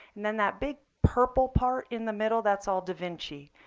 and then that big purple part in the middle, that's all da vinci.